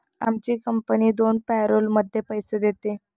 आमची कंपनी दोन पॅरोलमध्ये पैसे देते